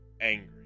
angry